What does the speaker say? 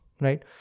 right